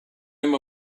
him